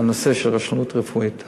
המספר של תביעות על רשלנות רפואית.